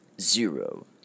zero